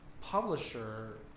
publisher